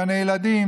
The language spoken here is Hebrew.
גני ילדים,